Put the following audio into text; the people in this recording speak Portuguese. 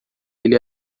ele